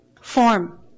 Form